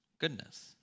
goodness